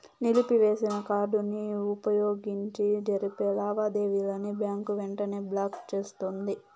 నిలిపివేసిన కార్డుని వుపయోగించి జరిపే లావాదేవీలని బ్యాంకు వెంటనే బ్లాకు చేస్తుంది